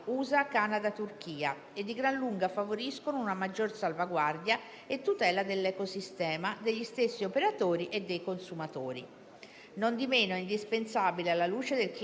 che il nostro Paese predisponga fin da subito un quadro di azioni per l'impiego sostenibile della chimica e lo sviluppo di tecniche di agricoltura integrata ed alternative a quelle tradizionali;